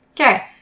Okay